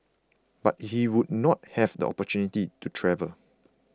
but he would not have the opportunity to travel